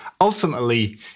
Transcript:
ultimately